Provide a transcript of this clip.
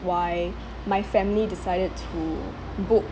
why my family decided to book